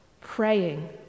praying